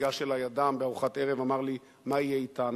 ניגש אלי אדם בארוחת ערב ואמר לי: מה יהיה אתנו?